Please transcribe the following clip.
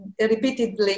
repeatedly